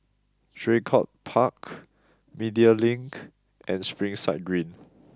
Draycott Park Media Link and Springside Green